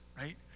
right